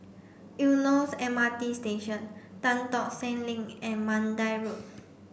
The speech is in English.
Eunos M R T Station Tan Tock Seng Link and Mandai Road